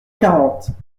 quarante